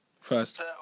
first